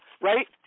Right